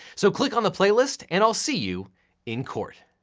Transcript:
so click on the playlist and i'll see you in court.